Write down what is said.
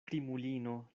krimulino